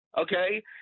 Okay